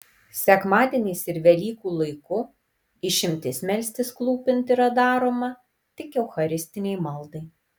sekmadieniais ir velykų laiku išimtis melstis klūpint yra daroma tik eucharistinei maldai